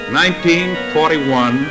1941